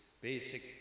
basic